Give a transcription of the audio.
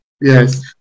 Yes